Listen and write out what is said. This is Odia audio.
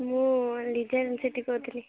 ମୁଁ ଲିଜା ସେଠୀ କହୁଥିଲି